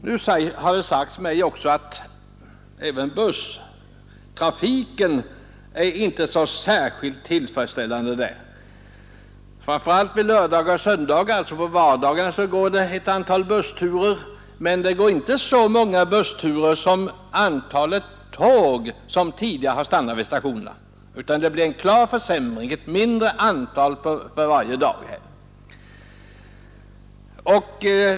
Det har också sagts mig att inte heller busstrafiken på denna sträcka är särskilt tillfredsställande, och detta gäller framför allt lördagar och söndagar. På vardagar förekommer det ett antal bussturer men inte lika många som det antal tåg som tidigare har stannat vid stationerna. Det blir en klar försämring, och antalet turer minskar ständigt.